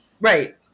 right